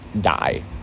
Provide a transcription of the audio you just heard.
die